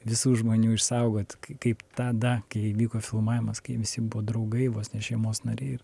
visų žmonių išsaugot k kaip tada kai vyko filmavimas kai visi buvo draugai vos ne šeimos nariai ir